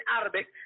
Arabic